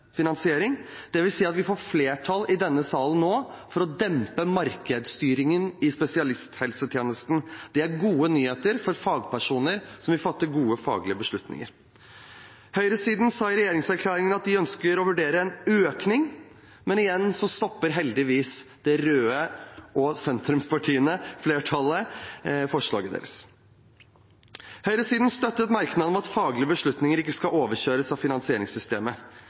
finansiering. Det vil si at vi får flertall i denne salen nå for å dempe markedsstyringen i spesialisthelsetjenesten. Det er gode nyheter for fagpersoner som vil fatte gode faglige beslutninger. Høyresiden sa i regjeringserklæringen at de ønsker å vurdere en økning, men igjen stopper heldigvis de røde og sentrumspartiene – flertallet – forslaget deres. Høyresiden støtter merknaden om at faglige beslutninger ikke skal overkjøres av finansieringssystemet.